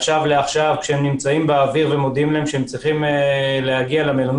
מעכשיו לעכשיו ושמודיעים להם בזמן שהם באוויר שהם צריכים להגיע למלונות.